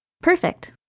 perfect!